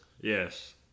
Yes